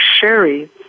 Sherry